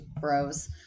bros